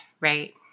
Right